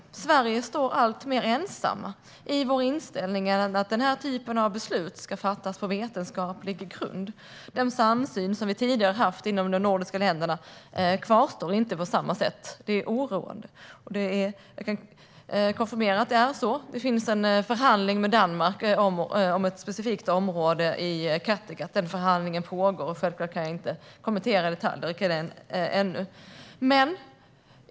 Vi i Sverige står alltmer ensamma i vår inställning att den här typen av beslut ska fattas på vetenskaplig grund. Det är en samsyn som vi tidigare haft inom de nordiska länderna och som inte kvarstår på samma sätt, och det är oroande. Jag kan konfirmera att det är så. Det förs en förhandling med Danmark om ett specifikt område i Kattegatt. Förhandlingen pågår, och jag kan därför självklart inte kommentera detaljerna i den ännu.